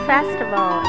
Festival